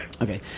Okay